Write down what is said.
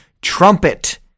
Trumpet